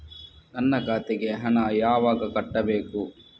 ನನ್ನ ಖಾತೆಗೆ ಹಣ ಯಾವಾಗ ಕಟ್ಟಬೇಕು?